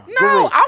No